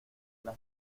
las